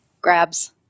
grabs